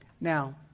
Now